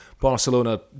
Barcelona